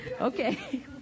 Okay